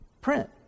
print